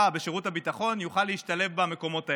בשירות הביטחון יוכל להשתלב במקומות האלה.